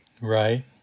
Right